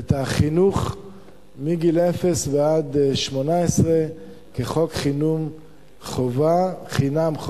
את החינוך מגיל אפס עד 18 כחוק חינוך חובה חינם.